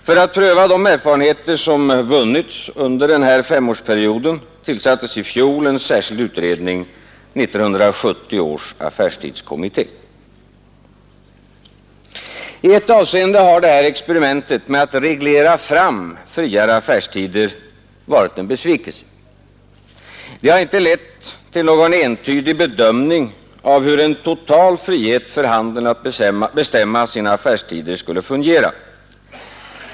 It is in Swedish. För att pröva de erfarenheter som vunnits under denna femårsperiod tillsattes i fjol en särskild utredning, 1970 års affärstidskommitté. I ett avseende har detta experiment med att reglera fram friare affärstider varit en besvikelse. Det har inte lett till någon entydig bedömning av hur en total frihet för handeln att bestämma sina affärstider skulle fungera.